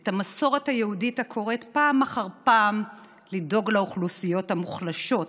את המסורת היהודית הקוראת פעם אחר פעם לדאוג לאוכלוסיות המוחלשות,